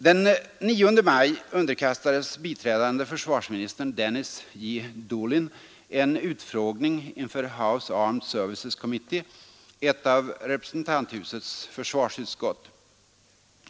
Den 9 maj underkastades biträdande försvarsministern Dennis J. Doolin en utfrågning inför House Armed Services Committee, ett av representanthusets försvarsutskott.